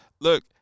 look